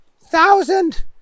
thousand